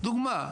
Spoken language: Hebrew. דוגמא.